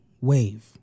wave